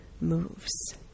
moves